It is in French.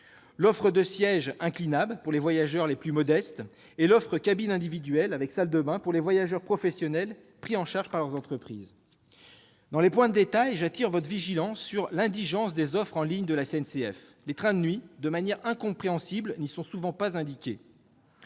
l'offre de sièges inclinables pour les voyageurs les plus modestes et l'offre de cabines individuelles avec salle de bains pour les voyageurs professionnels pris en charge par leur entreprise. Parmi les points de détail, j'attire votre vigilance sur l'indigence des offres en ligne de la SNCF : de manière incompréhensible, les trains de nuit n'y sont souvent pas indiqués.